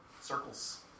Circles